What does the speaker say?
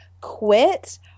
quit